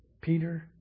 Peter